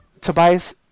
Tobias